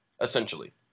essentially